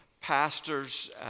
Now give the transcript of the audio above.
pastors